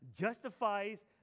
justifies